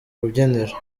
rubyiniro